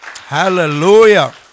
Hallelujah